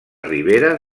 ribera